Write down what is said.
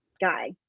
guy